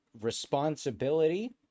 responsibility